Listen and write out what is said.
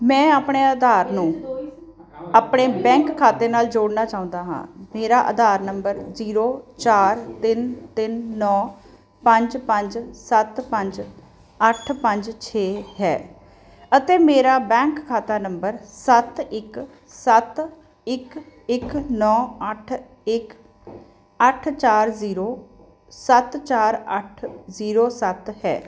ਮੈਂ ਆਪਣੇ ਆਧਾਰ ਨੂੰ ਆਪਣੇ ਬੈਂਕ ਖਾਤੇ ਨਾਲ ਜੋੜਨਾ ਚਾਹੁੰਦਾ ਹਾਂ ਮੇਰਾ ਆਧਾਰ ਨੰਬਰ ਜੀਰੋ ਚਾਰ ਤਿੰਨ ਤਿੰਨ ਨੌਂ ਪੰਜ ਪੰਜ ਸੱਤ ਪੰਜ ਅੱਠ ਪੰਜ ਛੇ ਹੈ ਅਤੇ ਮੇਰਾ ਬੈਂਕ ਖਾਤਾ ਨੰਬਰ ਸੱਤ ਇੱਕ ਸੱਤ ਇੱਕ ਇੱਕ ਨੌਂ ਅੱਠ ਇੱਕ ਅੱਠ ਚਾਰ ਜੀਰੋ ਸੱਤ ਚਾਰ ਅੱਠ ਜੀਰੋ ਸੱਤ ਹੈ